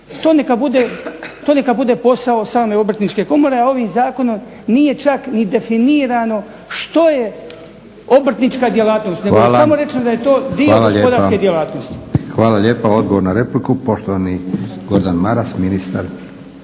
To neka bude posao same Obrtničke komore, a ovim zakonom nije čak ni definirano što je obrtnička djelatnost… …/Upadica predsjednik: Hvala./… … nego je samo rečeno da je to dio gospodarske djelatnosti. **Leko, Josip (SDP)** Hvala lijepa. Odgovor na repliku, poštovani Gordan Maras, ministar.